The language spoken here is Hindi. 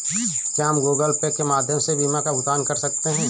क्या हम गूगल पे के माध्यम से बीमा का भुगतान कर सकते हैं?